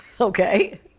Okay